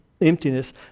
emptiness